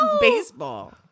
baseball